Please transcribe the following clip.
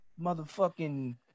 motherfucking